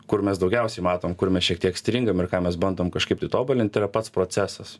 kur mes daugiausiai matom kur mes šiek tiek stringam ir ką mes bandom kažkaip tai tobulint yra pats procesas